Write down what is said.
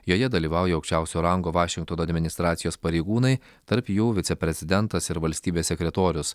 joje dalyvauja aukščiausio rango vašingtono administracijos pareigūnai tarp jų viceprezidentas ir valstybės sekretorius